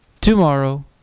tomorrow